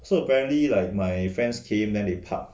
so apparently like my friends came then they park